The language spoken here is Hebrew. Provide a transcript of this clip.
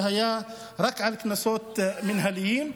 זה היה רק על קנסות מינהליים,